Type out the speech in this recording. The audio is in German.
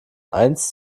eins